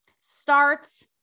starts